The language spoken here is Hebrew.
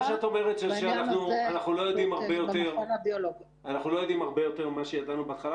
מה שאת אומרת זה שאנחנו לא יודעים הרבה יותר ממה שידענו בהתחלה.